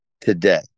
today